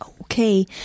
Okay